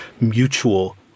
mutual